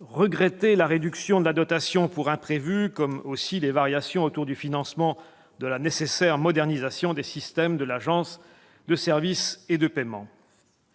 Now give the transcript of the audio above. regretter la réduction de la dotation pour imprévus, ainsi que les variations autour du financement de la nécessaire modernisation des systèmes de l'Agence de services et de paiement.